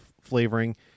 flavoring